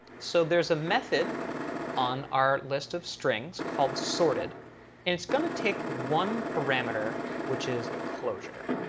so there is a method on our list of strings called sorted. and it's going to take one parameter, which is a closure.